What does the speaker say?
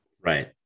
right